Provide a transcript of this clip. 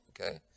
okay